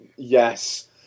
Yes